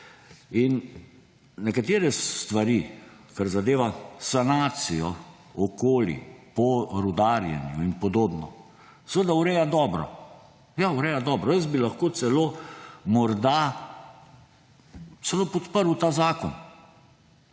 Nekatere stvari, kar zadeva sanacijo okolja po rudarjenju in podobno, seveda ureja dobro. Ja, ureja dobro, jaz bi lahko celo morda podprl ta zakon.